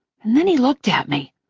and then he looked at me,